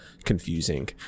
confusing